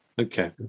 Okay